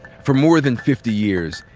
for more than fifty years,